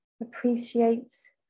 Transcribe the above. appreciates